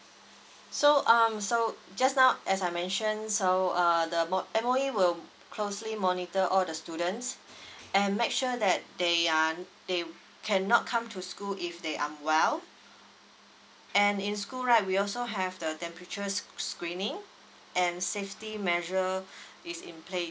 so um so just now as I mentioned so err the M_O_E will closely monitor all the students and make sure that they uh they cannot come to school if they're unwell and in school right we also have the temperature screening and safety measure is in place